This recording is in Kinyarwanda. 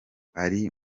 ari